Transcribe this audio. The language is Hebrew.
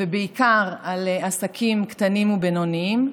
בעיקר על עסקים קטנים ובינוניים.